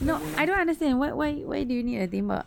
no I don't understand why why why do you need a tembak